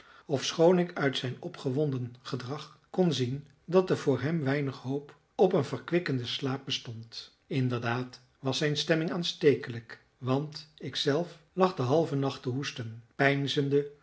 ofschoon ik uit zijn opgewonden gedrag kon zien dat er voor hem weinig hoop op een verkwikkenden slaap bestond inderdaad was zijn stemming aanstekelijk want ik zelf lag den halven nacht te hoesten